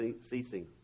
ceasing